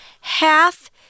half